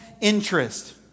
interest